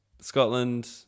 Scotland